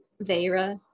Vera